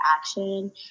action